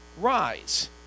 Rise